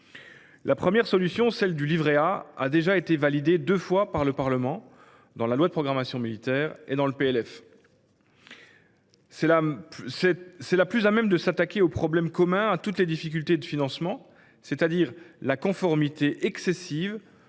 La première solution, celle du livret A, a déjà été validée deux fois par le Parlement, dans la LPM et dans le PLF. C’est la plus à même de s’attaquer au problème commun à toutes les difficultés de financement, c’est à dire à la conformité excessive